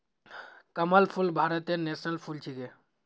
कमल फूल भारतेर नेशनल फुल छिके